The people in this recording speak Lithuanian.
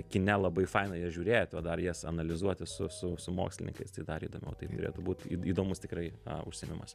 kine labai faina ir žiūrėt o dar jas analizuoti su su su mokslininkais tai dar įdomiau tai turėtų būt į įdomus tikrai užsiėmimas